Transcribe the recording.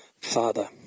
father